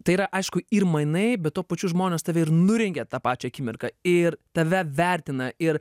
tai yra aišku ir mainai bet tuo pačiu žmonės tave ir nurengia tą pačią akimirką ir tave vertina ir